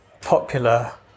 popular